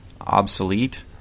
obsolete